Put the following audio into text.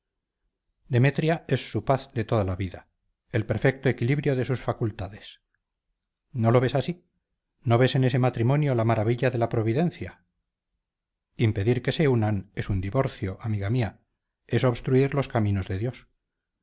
demetria es su paz de toda la vida el perfecto equilibro de sus facultades no lo ves así no ves en ese matrimonio la maravilla de la providencia impedir que se unan es un divorcio amiga mía es obstruir los caminos de dios